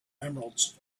emeralds